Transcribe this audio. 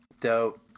Dope